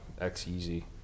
X-Easy